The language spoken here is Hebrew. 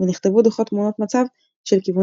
ונכתבו דו"חות תמונת מצב של כיוונים